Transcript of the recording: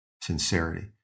Sincerity